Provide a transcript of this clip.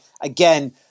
again